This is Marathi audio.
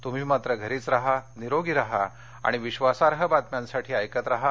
तुम्ही मात्र घरीच राहा निरोगी राहा आणि विश्वासार्ह बातम्यांसाठी ऐकत राहा